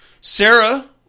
sarah